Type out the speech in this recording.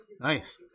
Nice